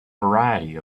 variety